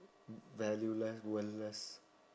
valueless worthless